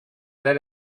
then